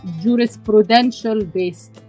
jurisprudential-based